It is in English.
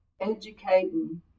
educating